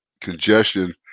congestion